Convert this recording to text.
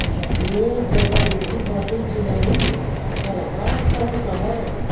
निवेस ज्यादा जोकिम बाटे कि नाहीं अगर हा तह काहे?